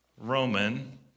Roman